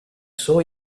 saw